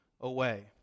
away